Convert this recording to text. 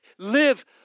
Live